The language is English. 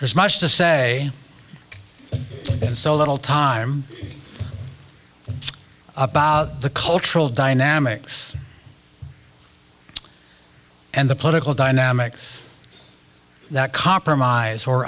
has much to say and so little time about the cultural dynamics and the political dynamics that compromise or